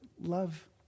love